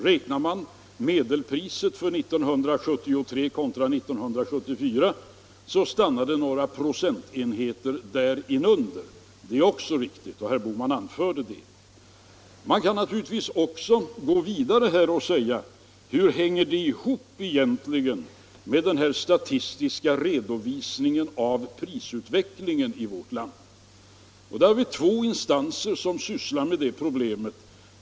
Jämför man medelpriset för år 1973 med medelpriset för år 1974 stannar prisstegringen några procentenheter därinunder. Det är också riktigt, och herr Bohman anförde det. Man kan då naturligtvis gå vidare och fråga sig, hur det egentligen hänger ihop med den statistiska redovisningen av prisutvecklingen i vårt land. Vi har två instanser som sysslar med det problemet.